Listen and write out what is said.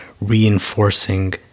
reinforcing